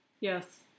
Yes